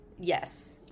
Yes